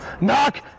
knock